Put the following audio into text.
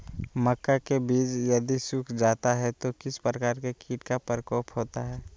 मक्का के बिज यदि सुख जाता है तो किस प्रकार के कीट का प्रकोप होता है?